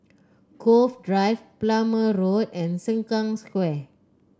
Cove Drive Plumer Road and Sengkang Square